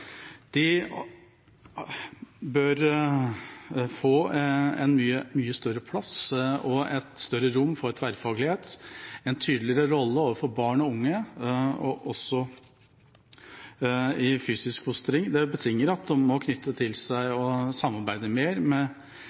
De bør få en mye større plass og et større rom for tverrfaglighet, en tydeligere rolle overfor barn og unge og også i fysisk fostring. Det betinger at de må knytte til seg og samarbeide mer